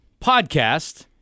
podcast